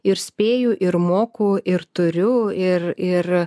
ir spėju ir moku ir turiu ir ir